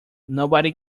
nobody